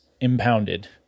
impounded